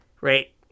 right